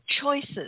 choices